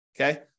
Okay